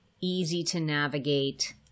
easy-to-navigate